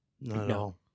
No